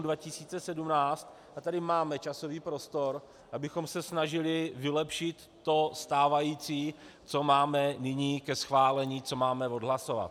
A tady máme časový prostor, abychom se snažili vylepšit to stávající, co máme nyní ke schválení, co máme odhlasovat.